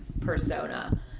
persona